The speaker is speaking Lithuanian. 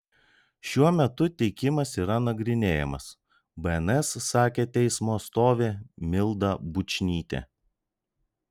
šiuo metu teikimas yra nagrinėjamas bns sakė teismo atstovė milda bučnytė